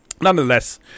nonetheless